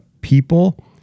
people